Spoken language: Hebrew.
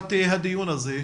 לקראת הדיון היום,